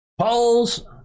polls